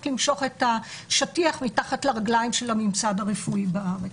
למשוך את השטיח מתחת לרגליים של הממסד הרפואי בארץ.